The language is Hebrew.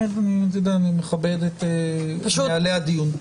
אני מכבד את נהלי הדיון.